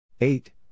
Eight